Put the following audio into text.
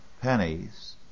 pennies